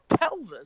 pelvis